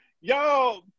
y'all